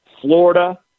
Florida